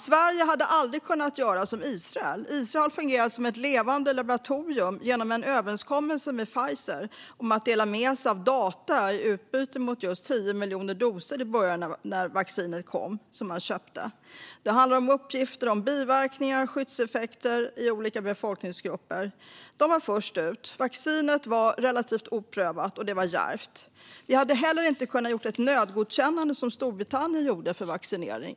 Sverige hade aldrig kunnat göra som Israel, som har fungerat som ett levande laboratorium genom en överenskommelse med Pfizer om att dela med sig av data i utbyte mot att få köpa 10 miljoner doser i början när vaccinet kom. Det handlar om uppgifter om biverkningar och skyddseffekter i olika befolkningsgrupper. De var först ut. Vaccinet var relativt oprövat. Det var djärvt. Vi hade heller inte kunnat göra ett nödgodkännande som Storbritannien gjorde för vaccinering.